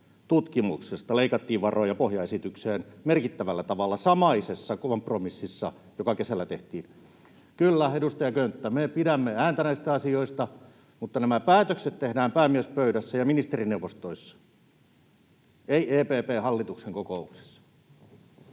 tutkimuksesta leikattiin varoja pohjaesityksestä merkittävällä tavalla samaisessa kompromississa, joka kesällä tehtiin. Kyllä, edustaja Könttä, me pidämme ääntä näistä asioista, mutta nämä päätökset tehdään päämiespöydässä ja ministerineuvostoissa, ei EPP:n hallituksen kokouksessa.